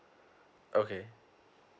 okay